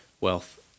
wealth